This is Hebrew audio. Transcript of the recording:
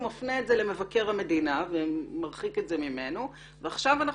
מפנה את זה למבקר המדינה ומרחיק את זה ממנו ועכשיו אנחנו